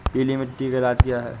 पीली मिट्टी का इलाज क्या है?